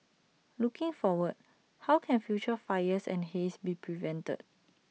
looking forward how can future fires and haze be prevented